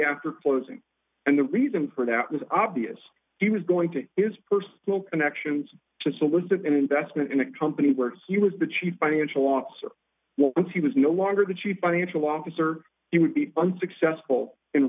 after closing and the reason for that was obvious he was going to his personal connections to solicit an investment in a company where he was the chief financial officer once he was no longer the chief financial officer he would be unsuccessful in